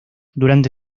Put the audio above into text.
durante